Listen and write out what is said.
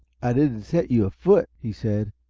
i didn't set you afoot, he said.